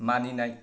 मानिनाय